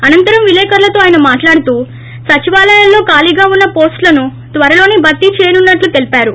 అనంతరం విలేకరులతో ఆయన మాట్లాడుతూ సచివాలయాలలో ఖాళీగా ఉన్న వోస్టులను త్వరలోనే భర్తీ చేయనున్నట్లు తెలిపారు